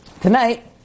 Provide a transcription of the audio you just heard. tonight